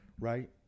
Right